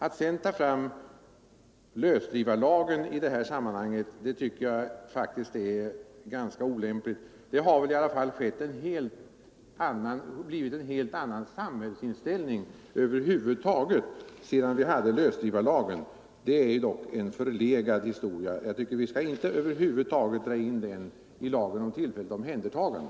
Att sedan ta upp lösdrivarlagen i det här sammanhanget tycker jag faktiskt är ganska olämpligt. Vi har väl över huvud taget fått en helt annan samhällsinställning sedan lösdrivarlagens dagar. Den är en förlegad historia. Jag tycker att vi inte skall dra in den i diskussionen om lagen om tillfälligt omhändertagande.